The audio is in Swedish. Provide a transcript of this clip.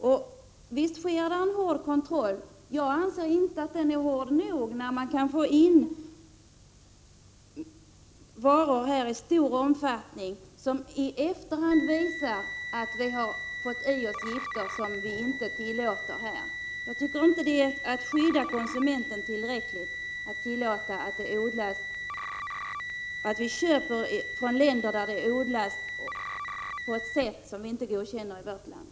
Det sker en hård kontroll, men jag anser inte att den är hård nog, när det i stor omfattning kommer in varor i Sverige från vilka vi får i oss gifter från bekämpningsmedel som inte är tillåtna här. Konsumenten skyddas inte tillräckligt om köp tillåts från länder där det odlas på ett sätt som inte är godkänt i vårt land.